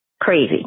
crazy